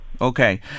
Okay